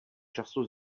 času